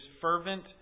fervent